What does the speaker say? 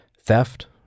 Theft